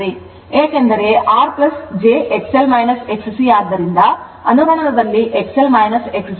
ಏಕೆಂದರೆ R j XL XC ಆದ್ದರಿಂದ ಅನುರಣನದಲ್ಲಿ XL XC ಆಗುತ್ತದೆ